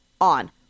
on